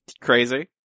crazy